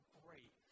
great